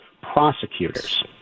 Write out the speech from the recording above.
prosecutors